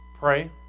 pray